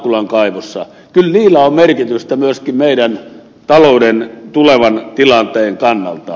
kyllä niillä on merkitystä myöskin meidän talouden tulevan tilanteen kannalta